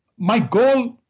my goal,